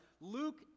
Luke